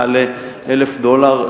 מעל 1,000 דולר,